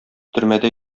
төрмәдә